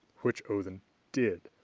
which odinn did.